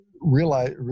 realize